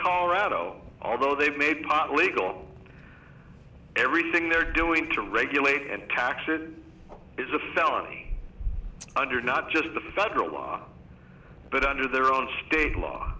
colorado although they've made legal everything they're doing to regulate and tax it is a felony under not just the federal law but under their own state law